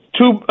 two